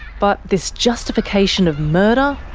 but this justification of murder?